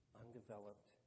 undeveloped